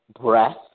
breath